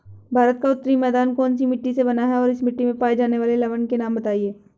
भारत का उत्तरी मैदान कौनसी मिट्टी से बना है और इस मिट्टी में पाए जाने वाले लवण के नाम बताइए?